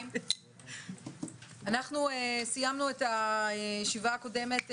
אני פותחת את ישיבת ועדת העבודה, הרווחה והבריאות.